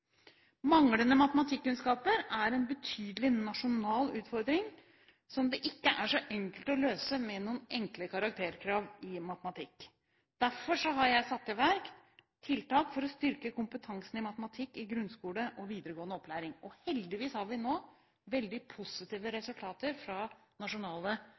Manglende matematikkunnskaper er en betydelig nasjonal utfordring, som det ikke er så enkelt å løse med noen enkle karakterkrav i matematikk. Derfor har jeg satt i verk tiltak for å styrke kompetansen i matematikk i grunnskolen og i videregående opplæring. Heldigvis har vi nå veldig positive